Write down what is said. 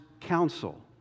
counsel